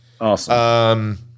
Awesome